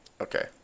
Okay